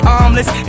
armless